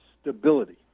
stability